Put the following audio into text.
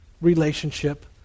relationship